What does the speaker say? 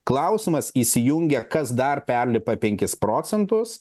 klausimas įsijungia kas dar perlipa penkis procentus